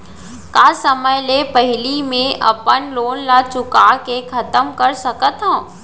का समय ले पहिली में अपन लोन ला चुका के खतम कर सकत हव?